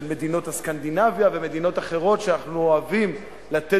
של מדינות סקנדינביה ומדינות אחרות שאנחנו אוהבים לתת